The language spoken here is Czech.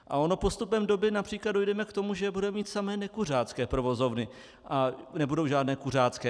A ono postupem doby například dojdeme k tomu, že budeme mít samé nekuřácké provozovny a nebudou žádné kuřácké.